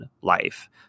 life